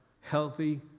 healthy